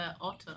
otter